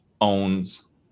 owns